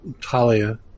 Talia